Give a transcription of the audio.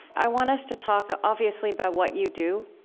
i want us to talk, ah obviously, about what you do,